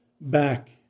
back